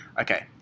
Okay